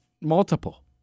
multiple